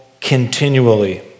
continually